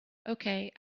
okay